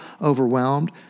overwhelmed